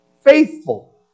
faithful